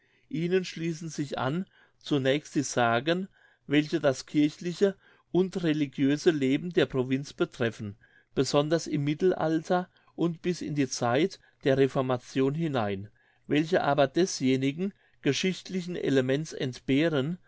ihnen schließen sich an zunächst die sagen welche das kirchliche und religiöse leben der provinz betreffen besonders im mittelalter und bis in die zeit der reformation hinein welche aber desjenigen geschichtlichen elements entbehren